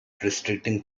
restricting